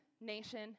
nation